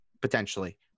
potentially